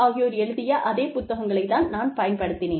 ஆகியோர் எழுதிய அதே புத்தகங்களை தான் பயன்படுத்தினேன்